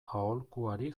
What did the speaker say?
aholkuari